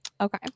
Okay